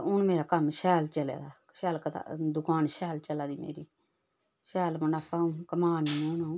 ते हून मेरा कम्म शैल चले दा दुकान शैल चलादी मेरी शैल खानी ते कमानी